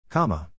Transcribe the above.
Comma